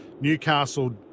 Newcastle